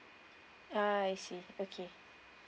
ah I see okay